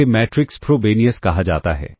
इसे matrix Frobenius कहा जाता है